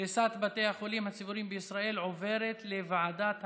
קריסת בתי החולים הציבוריים בישראל עוברת לוועדת הכספים.